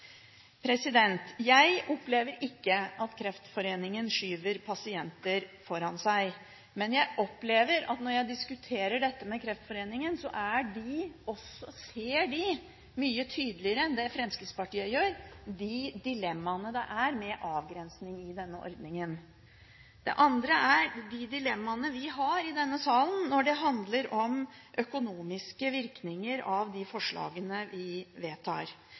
Jeg opplever ikke at Kreftforeningen skyver pasienter foran seg. Men jeg opplever at når jeg diskuterer dette med Kreftforeningen, ser de mye tydeligere enn Fremskrittspartiet dilemmaene med en avgrensning i denne ordningen. Det andre er de dilemmaene vi har i denne salen, når det handler om økonomiske virkninger av de forslagene vi vedtar.